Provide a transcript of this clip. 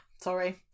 Sorry